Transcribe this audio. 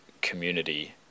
community